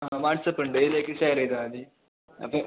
ആ വാട്ട്സ്പ്പുണ്ട് ഇതിലേക്ക് ഷെയറ് ചെയ്താൽ മതി അപ്പോൾ